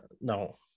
no